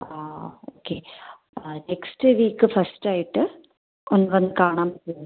ആ ഓക്കെ ആ next week first ആയിട്ട് ഒന്ന് വന്ന് കാണാൻ പറ്റുമോ